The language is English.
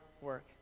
work